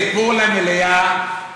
סיפור למליאה.